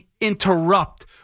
interrupt